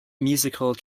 musical